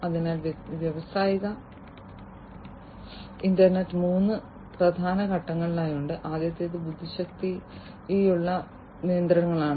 അതിനാൽ വ്യാവസായിക ഇന്റർനെറ്റിന് മൂന്ന് പ്രധാന ഘടകങ്ങളുണ്ട് ആദ്യത്തേത് ആ ബുദ്ധിശക്തിയുള്ള യന്ത്രങ്ങളാണ്